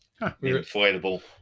inflatable